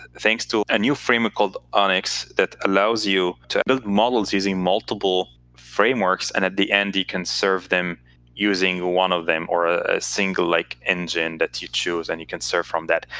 thanks to a new framework called onyx, that allows you to build models using multiple frameworks. and at the end you can serve them using one of them or a single like engine that you choose, and you can serve from that.